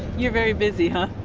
you're very busy, huh?